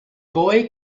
boy